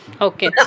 Okay